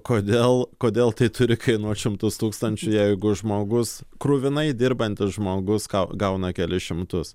kodėl kodėl tai turi kainuot šimtus tūkstančių jeigu žmogus kruvinai dirbantis žmogus gauna kelis šimtus